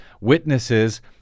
witnesses